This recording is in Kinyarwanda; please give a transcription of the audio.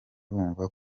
bumva